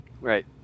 Right